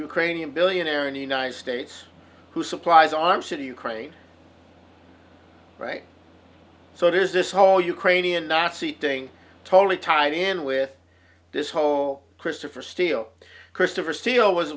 ukrainian billionaire in the united states who supplies arms city ukraine right so there's this whole ukrainian nazi thing totally tied in with this whole christopher steele christopher steele was